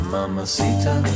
Mamacita